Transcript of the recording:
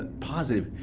positive.